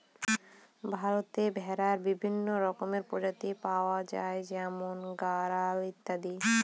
ভারতে ভেড়ার বিভিন্ন রকমের প্রজাতি পাওয়া যায় যেমন গাড়োল ইত্যাদি